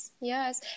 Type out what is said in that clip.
yes